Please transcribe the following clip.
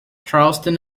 charleston